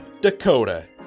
Dakota